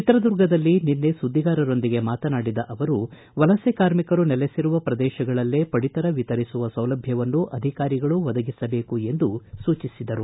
ಚಿತ್ರದುರ್ಗದಲ್ಲಿ ನಿನ್ನೆ ಸುದ್ದಿಗಾರರೊಂದಿಗೆ ಮಾತನಾಡಿದ ಅವರು ವಲಸೆ ಕಾರ್ಮಿಕರು ನೆಲೆಸಿರುವ ಪ್ರದೇಶಗಳಲ್ಲೇ ಪಡಿತರ ವಿತರಿಸುವ ಸೌಲಭ್ಯವನ್ನು ಅಧಿಕಾರಿಗಳು ಒದಗಿಸಬೇಕು ಎಂದು ಸೂಚಿಸಿದರು